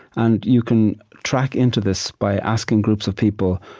and you can track into this by asking groups of people,